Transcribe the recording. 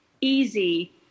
easy